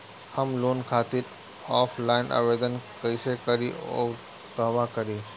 हम लोन खातिर ऑफलाइन आवेदन कइसे करि अउर कहवा करी?